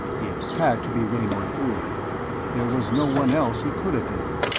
it had to be raynor three there was no one else he could have been.